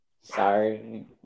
Sorry